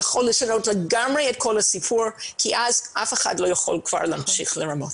זה לגמרי יכול לשנות את כל הסיפור כי אז אף אחד לא יכול להמשיך לרמות.